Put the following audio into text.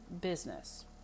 business